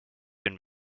been